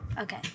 Okay